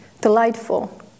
delightful